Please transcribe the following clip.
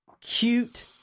cute